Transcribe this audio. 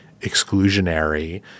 exclusionary